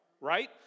right